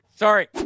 Sorry